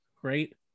great